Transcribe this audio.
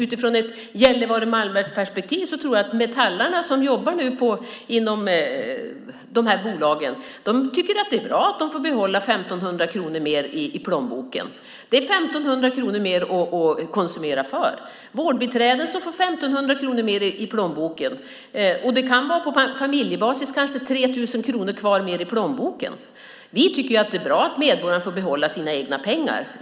Utifrån ett Gällivare-Malmberget-perspektiv tror jag att metallarna som nu jobbar inom de här bolagen tycker att det är bra att de nu får behålla 1 500 kronor mer i plånboken. Det är 1 500 kronor mer att konsumera för. Vårdbiträden får 1 500 kronor mer i plånboken. På familjebasis kan det bli 3 000 kronor mer kvar i plånboken. Vi tycker att det är bra att medborgarna får behålla sina egna pengar.